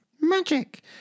Magic